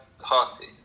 party